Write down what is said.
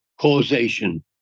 causation